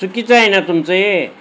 चुकीचं आहे ना तुमचं हे